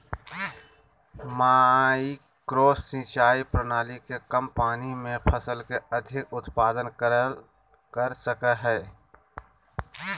micro सिंचाई प्रणाली से कम पानी में फसल के अधिक उत्पादन कर सकय हइ